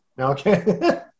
Okay